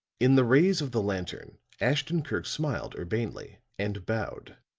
in the rays of the lantern ashton-kirk smiled urbanely, and bowed.